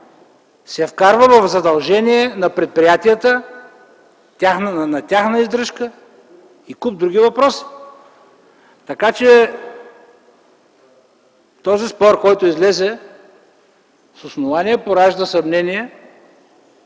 се вкарва в задължения на предприятията, на тяхна издръжка и куп други въпроси. Този спор, който излезе, с основание поражда съмнение,